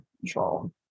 control